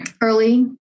early